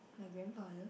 my grandfather